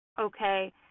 okay